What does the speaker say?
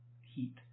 heat